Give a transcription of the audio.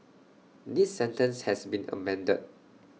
this sentence has been amended